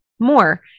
more